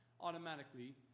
automatically